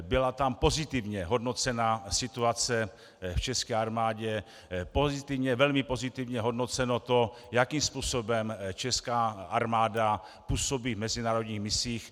Byla tam pozitivně hodnocena situace v české armádě, velmi pozitivně hodnoceno to, jakým způsobem česká armáda působí v mezinárodních misích.